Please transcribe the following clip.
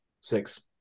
Six